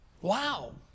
Wow